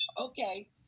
okay